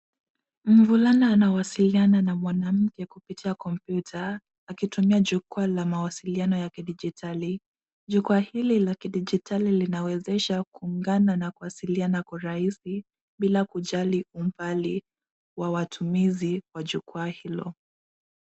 Mvulana anawasiliana na mwanamke kupitia kompyuta, akitumia jukwaa la mawasiliano ya kidijitali. Jukwaa hili la kidijitali linawezesha kuungana na kuwasiliana kwa urahisi, bila kujali umbali wa watumizi wa jukwaa hilo.